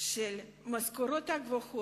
יש עכשיו מיסוי של המשכורות הגבוהות,